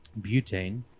butane